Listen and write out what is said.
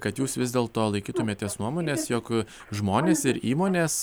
kad jūs vis dėlto laikytumėtės nuomonės jog žmonės ir įmonės